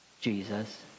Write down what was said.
Jesus